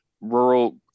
rural